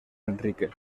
enrique